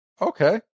okay